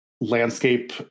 landscape